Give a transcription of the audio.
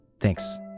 Thanks